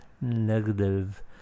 negative